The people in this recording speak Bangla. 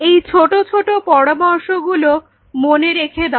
এই ছোট ছোট পরামর্শ গুলো মনে রেখে দাও